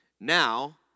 Now